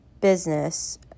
business